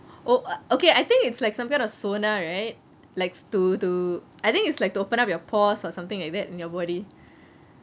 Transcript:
oh okay I think it's like some kind of sauna right like to to I think it's like to open up your pores or something like that in your body